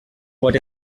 what